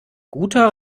guter